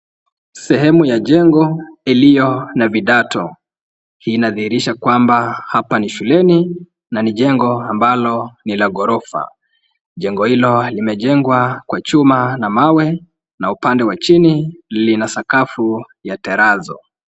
Sehemu ya jengo iliyo na vidato. Hii inadhihirisha kwamba hapa ni shuleni na ni jengo ambalo ni la ghorofa. Jengo hilo limejengwa kwa chuma na mawe na upande wa chini lina sakafu ya tarazo.